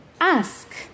ask